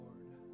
Lord